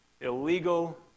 illegal